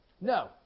No